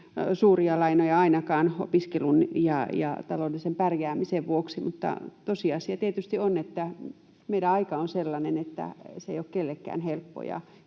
suuria lainoja ainakaan — opiskelun ja taloudellisen pärjäämisen vuoksi. Mutta tosiasia tietysti on, että meidän aika on sellainen, että se ei ole kenellekään helppoa.